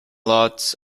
lots